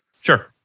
Sure